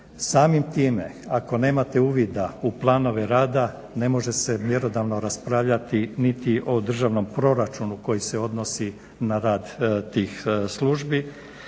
Samim time, ako nemate uvida u planove rada ne može se mjerodavno raspravljati niti o državnom proračunu koji se odnosi na rad tih službi